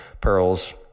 pearls